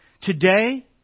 Today